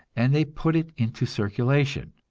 and they put it into circulation.